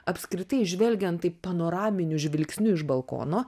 apskritai žvelgiant taip panoraminiu žvilgsniu iš balkono